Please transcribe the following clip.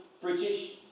British